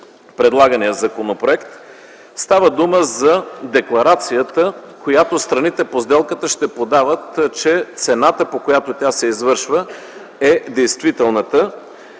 предлагания законопроект. Става дума за декларацията, която страните по сделката ще подават, че цената, по която тя се извършва е действителната.